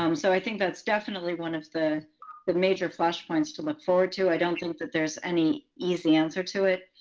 um so i think that's definitely one of the major flashpoints to look forward to. i don't think that there's any easy answer to it.